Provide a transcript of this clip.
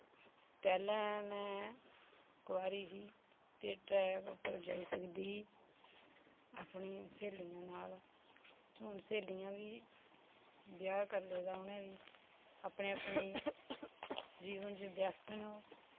पैह्लैं में कोआरी ही ते ट्रैक उप्पर जाई सकदी ही अपनी स्हेलियें नाल हून स्हेलियां वी ब्याह् करी लेदा उनैं वी अपने अपने जीवन च ब्यस्त न ओह्